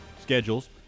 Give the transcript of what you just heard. schedules